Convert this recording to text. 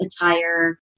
attire